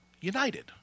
United